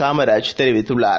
காமராஜ் தெரிவித்துள்ளார்